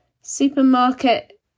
Supermarket